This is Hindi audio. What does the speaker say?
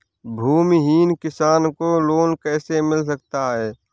भूमिहीन किसान को लोन कैसे मिल सकता है?